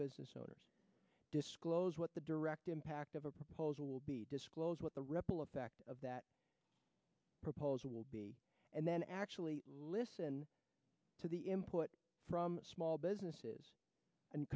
business owners disclose what the direct impact of a proposal will be disclosed what the ripple effect of that proposal will be and then actually listen to the input from small businesses and